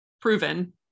proven